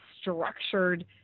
structured